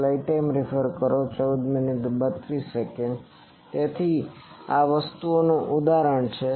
તેથી આ વિવિધ વસ્તુઓનું ઉદાહરણ છે